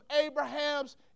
Abraham's